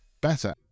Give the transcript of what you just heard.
better